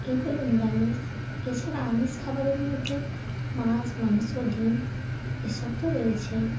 এ হলো নিরামিষ এছাড়া আমিষ খাবারের মধ্যে মাছ মাংস ডিম এ সব তো রয়েছেই